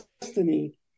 destiny